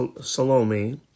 Salome